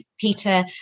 Peter